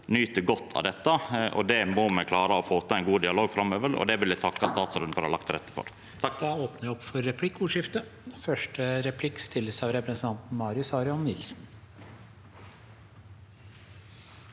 nyta godt av dette, og der må me klara å få til ein god dialog framover. Det vil eg takka statsråden for å ha lagt til rette for.